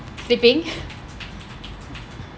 sleeping